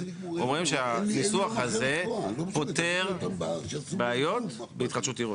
אומרים שהניסוח הזה פותר בעיות בהתחדשות עירונית.